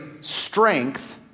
strength